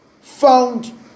found